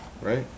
right